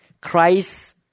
Christ